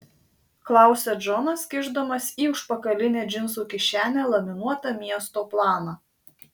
klausia džonas kišdamas į užpakalinę džinsų kišenę laminuotą miesto planą